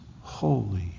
holy